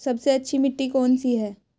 सबसे अच्छी मिट्टी कौन सी है?